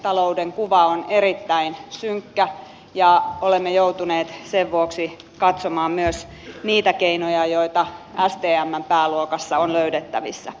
talouden kuva on erittäin synkkä ja olemme joutuneet sen vuoksi katsomaan myös niitä keinoja joita stmn pääluokassa on löydettävissä